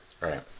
Right